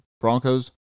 Broncos